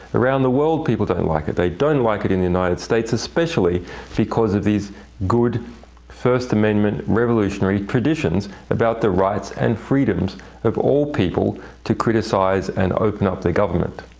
around the world, people don't like it. they don't like it in the united states, especially because of these good first amendment, revolutionary traditions about the rights and freedoms of all people to criticize and open up their government.